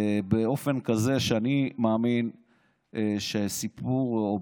באופן כזה שאני מאמין שהם סיכמו.